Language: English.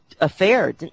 affair